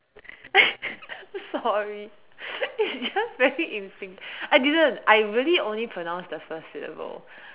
sorry it's just very in sync I didn't I really only pronounced the first syllable